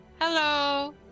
Hello